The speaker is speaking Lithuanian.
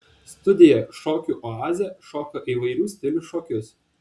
studija šokių oazė šoka įvairių stilių šokius